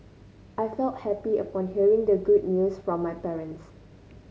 I felt happy upon hearing the good news from my parents